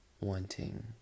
wanting